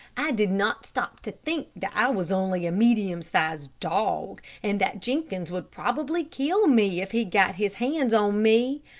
i did not stop to think that i was only a medium-sized dog, and that jenkins would probably kill me, if he got his hands on me.